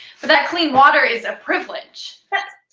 but that clean water is a privilege. that's